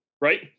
right